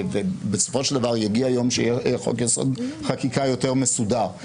ובסופו של דבר יגיע יום שיהיה חוק-יסוד: חקיקה יותר מסודר,